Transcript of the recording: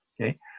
Okay